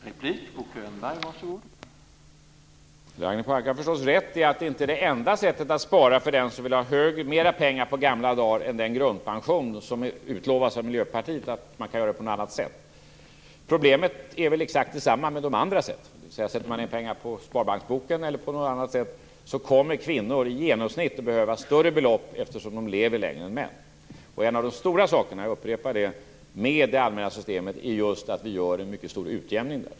Herr talman! Ragnhild Pohanka har förstås rätt i att det inte är det enda sättet att spara för den som vill ha mer pengar på gamla dar än den grundpension som utlovas av Miljöpartiet genom att man kan göra på något annat sätt. Problemet är väl exakt detsamma med de andra sätten. Sätter man in pengar på sparbanksboken eller på något annat sätt kommer kvinnor i genomsnitt att behöva större belopp, eftersom de lever längre än män. En av de stora sakerna, jag upprepar det, med det allmänna systemet är just att vi gör en mycket stor utjämning.